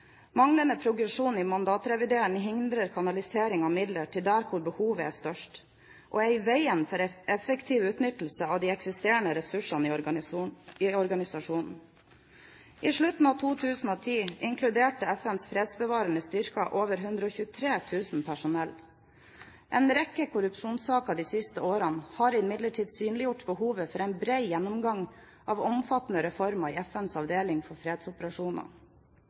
Manglende progresjon i mandatrevideringen hindrer kanalisering av midler til der hvor behovet er størst, og er i veien for effektiv utnyttelse av de eksisterende ressursene i organisasjonen. I slutten av 2010 inkluderte FNs fredsbevarende styrker over 123 000 personell. En rekke korrupsjonssaker de siste årene har imidlertid synliggjort behovet for en bred gjennomgang av omfattende reformer i FNs avdeling for fredsoperasjoner.